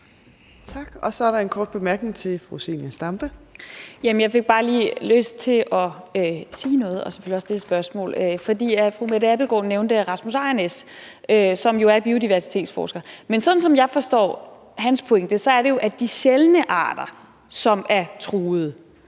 Tak. Så er der en kort bemærkning til fru Zenia Stampe. Kl. 18:36 Zenia Stampe (RV): Jamen jeg fik bare lige lyst til at sige noget og så blot stille et spørgsmål, for fru Mette Abildgaard nævnte Rasmus Ejrnæs, som jo er biodiversitetsforsker. Men sådan som jeg forstår hans pointe, er det jo, at de sjældne arter, som er truet,